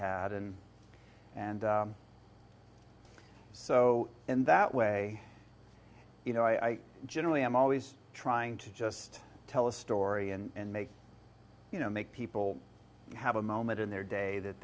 had and and so in that way you know i generally am always trying to just tell a story and make you know make people have a moment in their day that